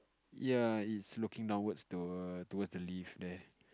ya it's looking downwards towards the leave there